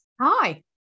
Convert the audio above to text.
Hi